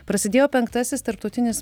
prasidėjo penktasis tarptautinis